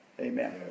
Amen